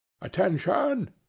Attention